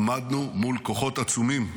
עמדנו מול כוחות עצומים,